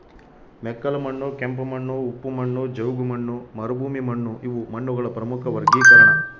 ಮೆಕ್ಕಲುಮಣ್ಣು ಕೆಂಪುಮಣ್ಣು ಉಪ್ಪು ಮಣ್ಣು ಜವುಗುಮಣ್ಣು ಮರುಭೂಮಿಮಣ್ಣುಇವು ಮಣ್ಣುಗಳ ಪ್ರಮುಖ ವರ್ಗೀಕರಣ